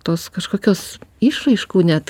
tos kažkokios išraiškų net